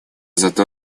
зато